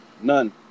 None